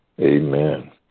amen